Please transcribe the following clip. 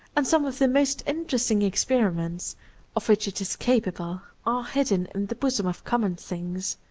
and some of the most interesting ex periments of which it is capable are hidden in the bosom of common things.